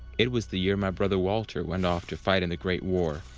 it was the year my brother walter went off to fight in the great war,